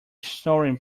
snoring